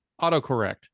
autocorrect